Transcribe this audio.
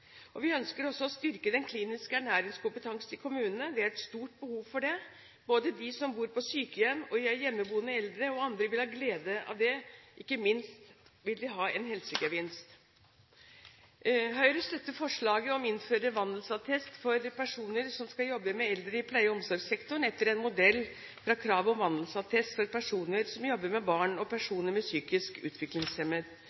helse. Vi ønsker også å styrke den kliniske ernæringskompetansen i kommunene. Det er et stort behov for det. Både de som bor på sykehjem, og hjemmeboende eldre og andre vil ha glede av det, ikke minst vil det ha en helsegevinst. Høyre støtter forslaget om å innføre vandelsattest for personer som skal jobbe med eldre i pleie- og omsorgssektoren, etter en modell fra krav om vandelsattest for personer som jobber med barn og